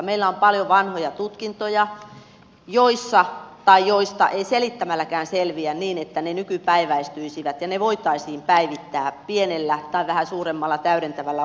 meillä on paljon vanhoja tutkintoja joista ei selittämälläkään selviä niin että ne nykypäiväistyisivät ja ne voitaisiin päivittää pienellä tai vähän suuremmalla täydentävällä opiskelulla